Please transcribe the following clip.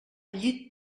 llit